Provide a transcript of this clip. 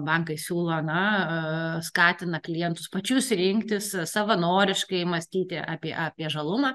bankai siūlo na skatina klientus pačius rinktis savanoriškai mąstyti apie apie žalumą